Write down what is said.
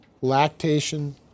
lactation